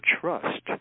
trust